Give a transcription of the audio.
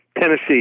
Tennessee